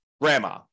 grandma